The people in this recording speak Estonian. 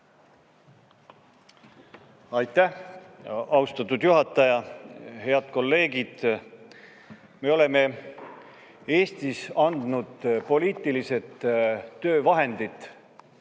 Aitäh, austatud juhataja! Head kolleegid! Me oleme Eestis andnud poliitilised töövahendid